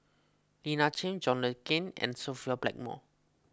Lina Chiam John Le Cain and Sophia Blackmore